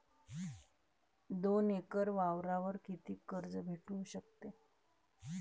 दोन एकर वावरावर कितीक कर्ज भेटू शकते?